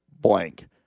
blank